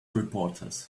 reporters